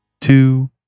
two